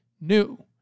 new